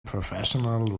professional